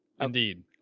Indeed